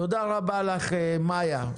תודה רבה לך, מאיה.